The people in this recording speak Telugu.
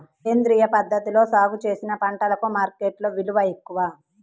సేంద్రియ పద్ధతిలో సాగు చేసిన పంటలకు మార్కెట్ విలువ ఎక్కువ